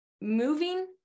Moving